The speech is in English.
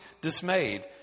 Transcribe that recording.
dismayed